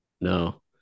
no